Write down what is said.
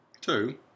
Two